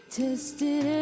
tested